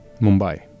Mumbai